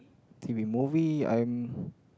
t_v movie I'm